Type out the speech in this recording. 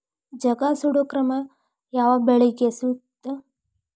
ಜಗಾ ಸುಡು ಕ್ರಮ ಯಾವ ಬೆಳಿಗೆ ಸೂಕ್ತ?